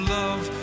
love